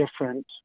different